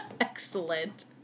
Excellent